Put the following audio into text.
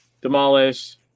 demolish